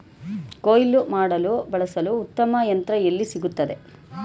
ಕುಯ್ಲು ಮಾಡಲು ಬಳಸಲು ಉತ್ತಮ ಯಂತ್ರ ಎಲ್ಲಿ ಸಿಗುತ್ತದೆ?